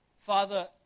Father